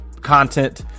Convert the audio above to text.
content